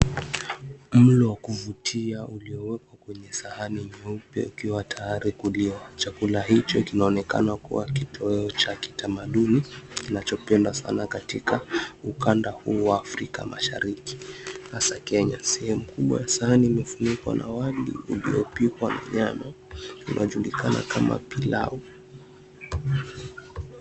Mlo wa kuvutia iliyowekwa kwenye sahani nyeupe ikiwa tayari kuliwa, chakula hichi kinaonekana kuwa kitoweo cha kitamaduni kinachopendwa sana katika ukanda huu wa Afrika mashariki hasa Kenya. Sehemu kubwa sana imefunikwa na wali uliopikwa na nyama inajulikana kama pilau.